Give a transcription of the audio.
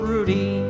Rudy